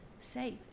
safe